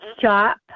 shop